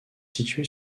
situé